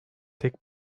tek